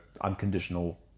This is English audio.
unconditional